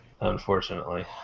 Unfortunately